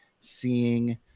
seeing